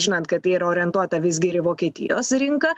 žinant kad tai yra orientuota visgi ir į vokietijos rinką